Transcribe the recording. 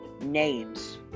names